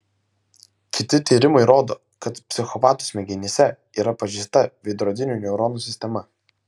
kiti tyrimai rodo kad psichopatų smegenyse yra pažeista veidrodinių neuronų sistema